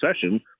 session